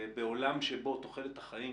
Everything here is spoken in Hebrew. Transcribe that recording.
בעולם שבו תוחלת החיים